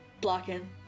blocking